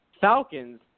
Falcons